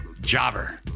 Jobber